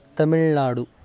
Tamil Nadu